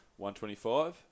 125